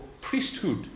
priesthood